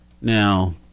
Now